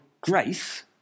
grace